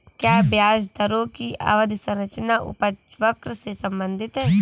क्या ब्याज दरों की अवधि संरचना उपज वक्र से संबंधित है?